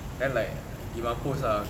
then like gi mampos ah